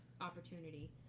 opportunity